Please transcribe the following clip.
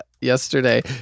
Yesterday